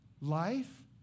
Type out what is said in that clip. Life